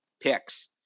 picks